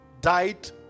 died